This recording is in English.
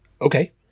okay